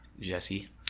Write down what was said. Jesse